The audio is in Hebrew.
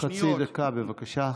חצי דקה, בבקשה.